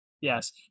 Yes